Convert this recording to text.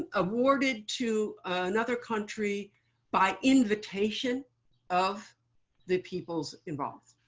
awarded to another country by invitation of the peoples involved.